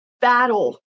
battle